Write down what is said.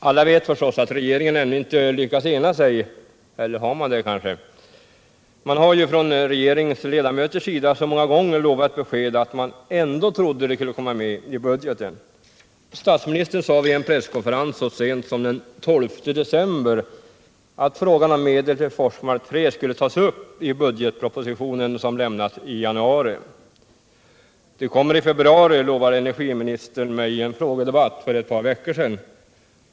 Alla vet förstås att regeringen ännu inte lyckats ena sig, eller har man det kanske? Man har ju från regeringens ledamöters sida så många gånger lovat besked att många ändå trott att det skulle komma med i budgeten. Statsministern sade vid en presskonferens så sent som den 12 december att frågan om medel till Forsmark 3 skulle tas upp i budgetpropositionen som lämnas i januari. Det kommer i februari, lovade mig energiministern i en frågedebatt för ett par veckor sedan.